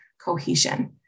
cohesion